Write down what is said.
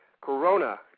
Corona